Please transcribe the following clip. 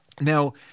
Now